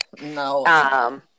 No